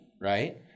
right